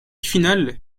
finale